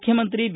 ಮುಖ್ಯಮಂತ್ರಿ ಬಿ